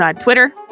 Twitter